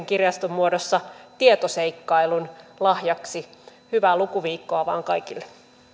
kirjaston muodossa tietoseikkailun hyvää lukuviikkoa vaan kaikille